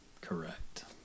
correct